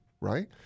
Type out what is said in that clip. right